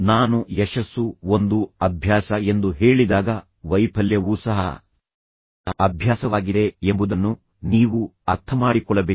ನಾನು ಯಶಸ್ಸು ಒಂದು ಅಭ್ಯಾಸ ಎಂದು ಹೇಳಿದಾಗ ವೈಫಲ್ಯವೂ ಸಹ ಅಭ್ಯಾಸವಾಗಿದೆ ಎಂಬುದನ್ನು ನೀವು ಅರ್ಥಮಾಡಿಕೊಳ್ಳಬೇಕು